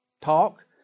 talk